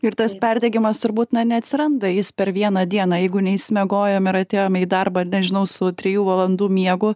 ir tas perdegimas turbūt na neatsiranda jis per vieną dieną jeigu neišsimiegojom ir atėjome į darbą nežinau su trijų valandų miegu